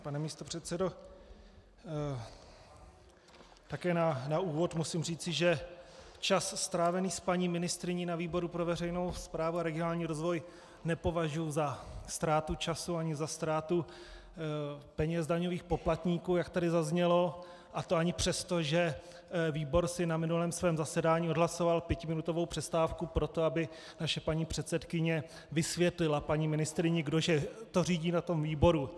Pan místopředsedo, také na úvod musím říci, že čas strávený s paní ministryní na výboru pro veřejnou správu a regionální rozvoj nepovažuji za ztrátu času ani za ztrátu peněz daňových poplatníků, jak tady zaznělo, a to ani přesto, že výbor si na svém minulém zasedání odhlasoval pětiminutovou přestávku proto, aby naše paní předsedkyně vysvětlila paní ministryni, kdo že to řídí na tom výboru.